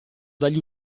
dagli